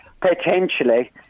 potentially